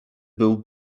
był